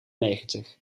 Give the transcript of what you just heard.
negentig